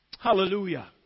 Hallelujah